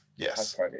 Yes